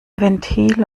ventil